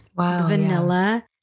vanilla